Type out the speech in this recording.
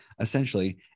essentially